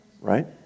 Right